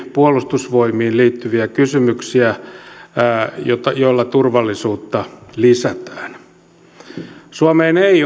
puolustusvoimiin liittyviä eri kysymyksiä joilla turvallisuutta lisätään suomeen ei